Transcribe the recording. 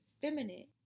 feminine